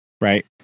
right